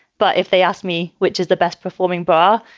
but if they asked me, which is the best performing bar,